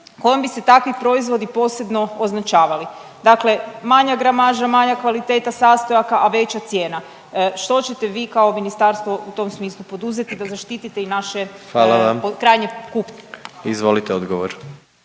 kojom bi se takvi proizvodi posebno označavali, dakle manja gramaža, manja kvaliteta sastojaka, a veća cijena, što ćete vi kao ministarstvo u tom smislu poduzeti da zaštitite i naše…/Upadica predsjednik: Hvala vam./…krajnje kupce?